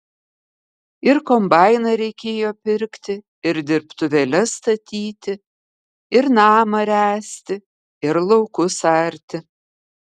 ir kombainą reikėjo pirkti ir dirbtuvėles statyti ir namą ręsti ir laukus arti